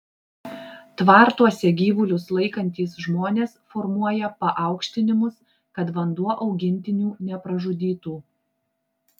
tvartuose gyvulius laikantys žmonės formuoja paaukštinimus kad vanduo augintinių nepražudytų